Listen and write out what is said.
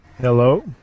Hello